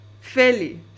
fairly